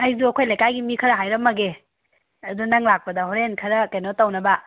ꯑꯩꯗꯣ ꯑꯩꯈꯣꯏ ꯂꯩꯀꯥꯏꯒꯤ ꯃꯤ ꯈꯔ ꯍꯥꯏꯔꯝꯃꯒꯦ ꯑꯗꯨ ꯅꯪ ꯂꯥꯛꯄꯗ ꯍꯣꯔꯦꯟ ꯈꯔ ꯇꯧꯅꯕ